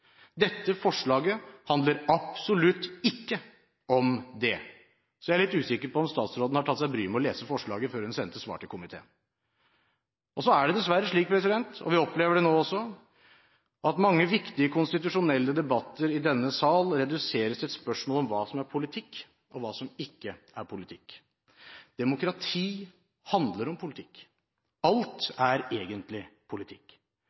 Dette forslaget handler absolutt ikke om det, så jeg er litt usikker på om statsråden har tatt seg bryet med å lese forslaget før hun sendte svar til komiteen. Så er det dessverre slik – vi opplever det nå også – at mange viktige konstitusjonelle debatter i denne sal reduseres til spørsmål om hva som er politikk, og hva som ikke er politikk. Demokrati handler om politikk, alt er egentlig politikk.